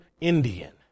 Indian